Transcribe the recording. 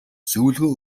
зөвлөгөө